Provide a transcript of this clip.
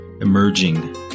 emerging